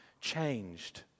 changed